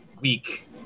week